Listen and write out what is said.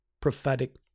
prophetic